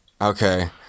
Okay